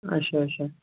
اچھا اچھا